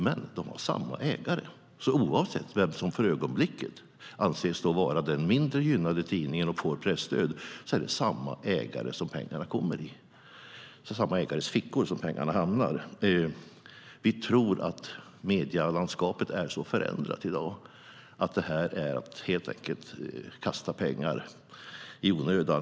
Men de har samma ägare, så oavsett vem som för ögonblicket anses vara den mindre gynnade tidningen och får presstöd är det i samma ägares fickor som pengarna hamnar. Vi tror att medielandskapet är så förändrat i dag att det helt enkelt är att kasta bort pengar i onödan.